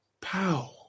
Pow